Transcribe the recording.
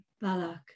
Balak